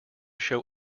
show